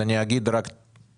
אני אומר משפט.